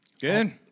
Good